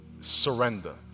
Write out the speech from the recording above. surrender